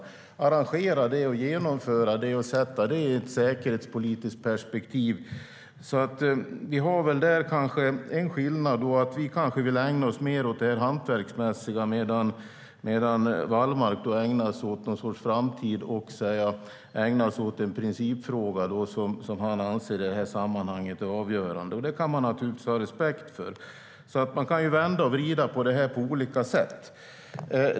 Vi vill arrangera och genomföra övningar och se dem i ett säkerhetspolitiskt perspektiv. En skillnad är kanske att vi vill ägna oss mer åt det hantverksmässiga medan Wallmark ägnar sig åt någon sorts framtid och den principfråga som han anser är avgörande i det här sammanhanget. Det kan man naturligtvis ha respekt för. Man kan vrida och vända på det här på olika sätt.